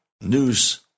news